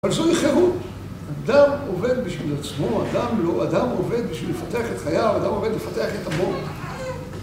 אבל זוהי חירות, אדם עובד בשביל עצמו, אדם עובד בשביל לפתח את חייו, אדם עובד לפתח את עמו.